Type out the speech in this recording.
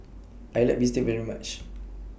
I like Bistake very much